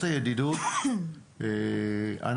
אנחנו